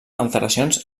alteracions